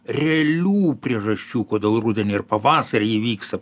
realių priežasčių kodėl rudenį ir pavasarį įvyksta